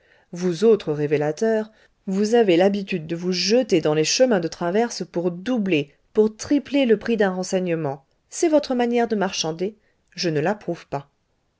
vous autres révélateurs vous avez l'habitude de vous jeter dans les chemins de traverse pour doubler pour tripler le prix d'un renseignement c'est votre manière de marchander je ne l'approuve pas